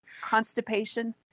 constipation